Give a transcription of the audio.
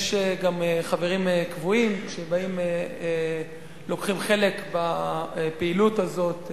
ויש גם חברים קבועים שלוקחים חלק בפעילות הזאת,